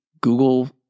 Google